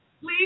please